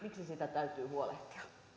täytyy huolehtia